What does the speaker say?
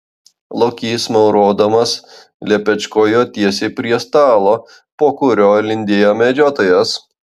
lokys maurodamas lepečkojo tiesiai prie stalo po kuriuo lindėjo medžiotojas